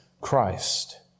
Christ